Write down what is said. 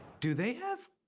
do they have.